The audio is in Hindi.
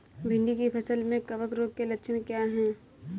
भिंडी की फसल में कवक रोग के लक्षण क्या है?